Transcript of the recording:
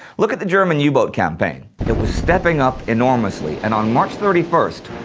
look at the german u-boat campaign. it was stepping up enormously, and on march thirty first,